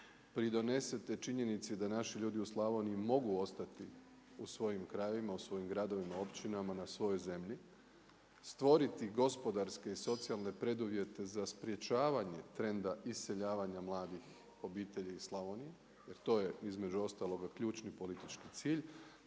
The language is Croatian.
pridonesete činjenici da naši ljudi u Slavoniji mogu ostati u svojim krajevima, u svojim gradovima, općinama, na svojoj zemlji, stvoriti gospodarske i socijalne preduvjete za sprječavanje trenda iseljavanja mladih obitelji iz Slavonije jer to je između ostaloga ključni politički cilj.